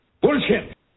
Bullshit